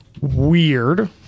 weird